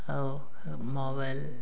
ଆଉ mobile internet